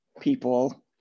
people